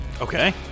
okay